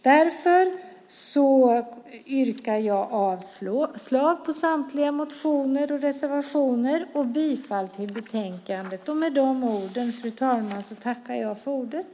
Därför yrkar jag avslag på samtliga motioner och reservationer och bifall till förslaget i betänkandet.